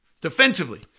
Defensively